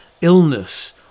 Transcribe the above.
illness